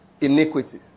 iniquity